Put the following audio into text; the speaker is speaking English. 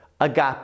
agape